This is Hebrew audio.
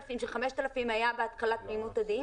מ-5,000 כאשר בהתחלה היה 5,000 ועכשיו